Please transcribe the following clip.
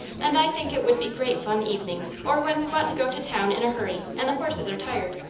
and i think it would be great fun evenings or when we want to go to town in a hurry and the horses are tired.